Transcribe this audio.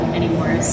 anymore